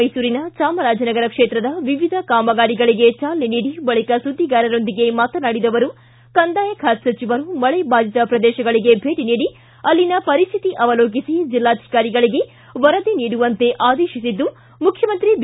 ಮೈಸೂರಿನ ಜಾಮರಾಜನಗರ ಕ್ಷೇತ್ರದ ವಿವಿಧ ಕಾಮಗಾರಿಗಳಿಗೆ ಜಾಲನೆ ನೀಡಿ ಬಳಿಕ ಸುದ್ದಿಗಾರರೊಂದಿಗೆ ಮಾತನಾಡಿದ ಅವರು ಕಂದಾಯ ಖಾತೆ ಸಚಿವರು ಮಳೆ ಬಾಧಿತ ಪ್ರದೇಶಗಳಿಗೆ ಭೇಟಿ ನೀಡಿ ಅಲ್ಲಿನ ಪರಿಸ್ತಿತಿ ಅವಲೋಕಿಸಿ ಜಿಲ್ಲಾಧಿಕಾರಿಗಳಿಗೆ ವರದಿ ನೀಡುವಂತೆ ಆದೇಶಿಸಿದ್ದು ಮುಖ್ಯಮಂತ್ರಿ ಬಿ